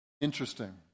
Interesting